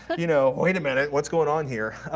well you know wait a minute, what's going on here.